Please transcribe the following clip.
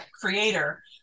creator